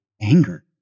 anger